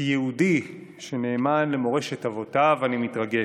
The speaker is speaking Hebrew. כיהודי שנאמן למורשת אבותיו, אני מתרגש,